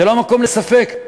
זה לא המקום לספק.